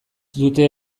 dute